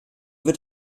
wird